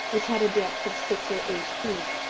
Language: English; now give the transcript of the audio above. which had a depth of six or eight feet,